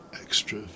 extra